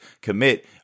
commit